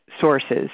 sources